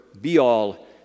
be-all